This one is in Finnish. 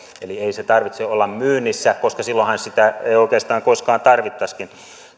eli ei sen tarvitse olla myynnissä koska silloinhan sitä ei oikeastaan koskaan tarvittaisikaan